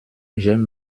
j’aime